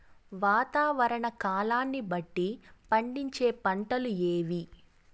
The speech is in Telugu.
వాతావరణ కాలాన్ని బట్టి పండించే పంటలు ఏవి?